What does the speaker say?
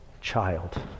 child